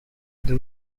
there